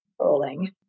rolling